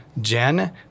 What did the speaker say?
Jen